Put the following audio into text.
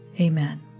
Amen